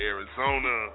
Arizona